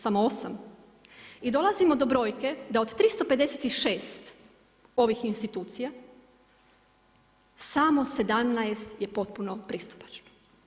Samo 8. I dolazimo do brojke da od 356 ovih institucija samo 17 je potpuno pristupačno.